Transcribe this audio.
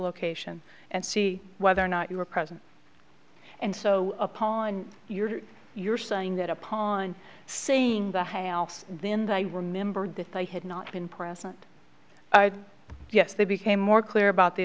location and see whether or not you were present and so upon you're you're saying that upon seeing the house then i remembered that they had not been present yes they became more clear about the